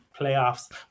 playoffs